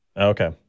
Okay